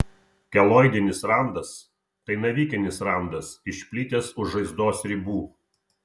keloidinis randas tai navikinis randas išplitęs už žaizdos ribų